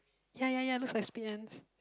ya ya ya looks like split ends